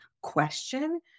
question